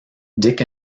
dick